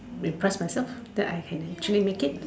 impress myself that I can actually make it